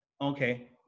okay